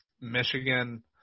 Michigan